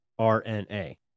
rna